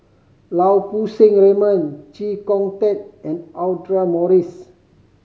Lau Poo Seng Raymond Chee Kong Tet and Audra Morrice